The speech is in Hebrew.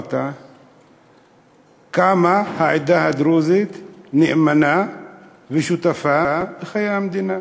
ודיברת כמה העדה הדרוזית נאמנה ושותפה לחיי המדינה,